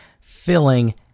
filling